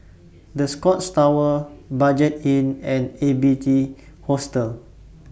The Scotts Tower Budget Inn and A B C Hostel